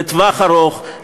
לטווח הארוך,